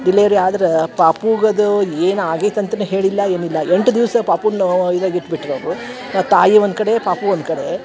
delivery ಆದ್ರಾ ಪಾಪುಗ ಅದು ಏನು ಆಗ್ಯೈತೆ ಅಂತನು ಹೇಳಿಲ್ಲ ಏನು ಇಲ್ಲ ಎಂಟು ದಿವಸ ಪಾಪುನ್ನೂ ಇದ್ರಗ ಇಟ್ಬಿಟ್ರು ಅವರು ತಾಯಿ ಒಂದು ಕಡೆ ಪಾಪು ಒನ್ಕಡೇ